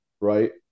right